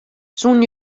soenen